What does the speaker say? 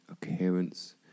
coherence